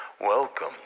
welcome